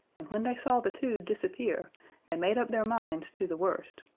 and when they saw the two disappear they made up their minds to the worst,